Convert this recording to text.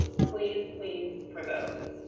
please, please, for those.